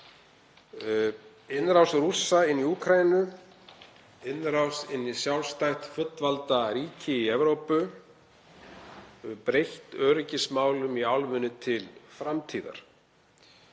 Innrás Rússa í Úkraínu, innrás inn í sjálfstætt fullvalda ríki í Evrópu, breytti öryggismálum í álfunni til framtíðar.